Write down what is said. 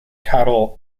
cattle